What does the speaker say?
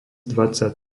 dvadsať